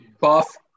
buff